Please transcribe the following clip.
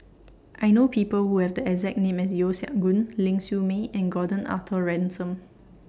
I know People Who Have The exact name as Yeo Siak Goon Ling Siew May and Gordon Arthur Ransome